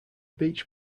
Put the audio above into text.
beach